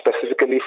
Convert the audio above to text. specifically